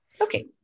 okay